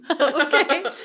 Okay